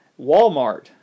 Walmart